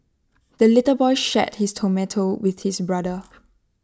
the little boy shared his tomato with his brother